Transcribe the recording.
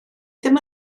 ddim